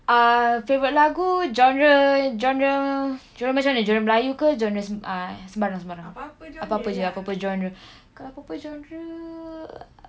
ah favourite lagu genre genre genre macam genre melayu ke genre ah sembarang-sembarang apa-apa genre kalau apa-apa genre